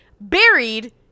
buried